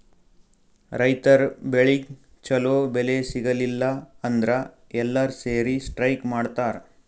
ರೈತರ್ ಬೆಳಿಗ್ ಛಲೋ ಬೆಲೆ ಸಿಗಲಿಲ್ಲ ಅಂದ್ರ ಎಲ್ಲಾರ್ ಸೇರಿ ಸ್ಟ್ರೈಕ್ ಮಾಡ್ತರ್